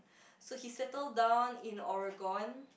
so he settle down in Oregon